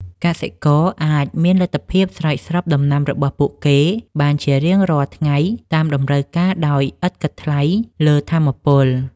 កសិករអាចមានលទ្ធភាពស្រោចស្រពដំណាំរបស់ពួកគេបានជារៀងរាល់ថ្ងៃតាមតម្រូវការដោយឥតគិតថ្លៃលើថាមពល។